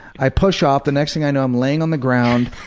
i push off, the next thing i know i'm laying on the ground,